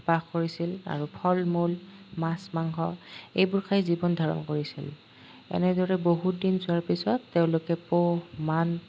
বাস কৰিছিল আৰু ফল মূল মাছ মাংস এইবোৰ খাই জীৱন ধাৰণ কৰিছিল এনেদৰে বহুত দিন যোৱাৰ পিছত তেওঁলোকে পশু মান